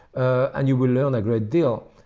and you will learn a great deal.